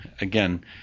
Again